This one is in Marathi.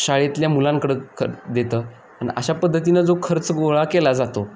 शाळेतल्या मुलांकडं ख देतं आणि अशा पद्धतीनं जो खर्च गोळा केला जातो